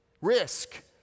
risk